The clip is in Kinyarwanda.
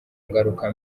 ngaruka